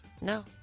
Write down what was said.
No